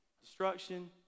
destruction